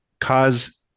cause